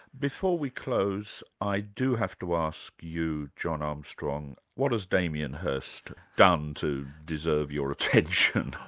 before we close, i do have to ask you, john armstrong what has damien hirst done to deserve your attention?